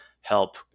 help